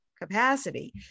capacity